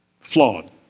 flawed